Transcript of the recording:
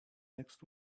next